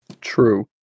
True